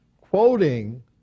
Quoting